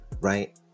right